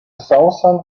southern